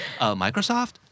Microsoft